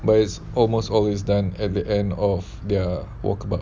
but it's almost always done at the end of their walkabout